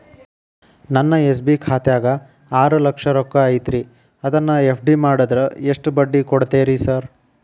ನನ್ನ ಎಸ್.ಬಿ ಖಾತ್ಯಾಗ ಆರು ಲಕ್ಷ ರೊಕ್ಕ ಐತ್ರಿ ಅದನ್ನ ಎಫ್.ಡಿ ಮಾಡಿದ್ರ ಎಷ್ಟ ಬಡ್ಡಿ ಕೊಡ್ತೇರಿ ಸರ್?